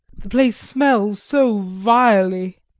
the place smells so vilely,